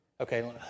okay